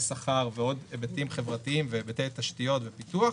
שכר ועוד היבטים חברתיים והיבטי תשתיות ופיתוח,